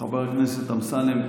חבר הכנסת אמסלם,